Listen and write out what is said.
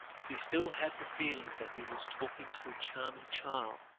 he still had the feeling that he was talking to a charming child,